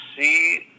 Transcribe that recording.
see